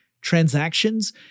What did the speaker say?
transactions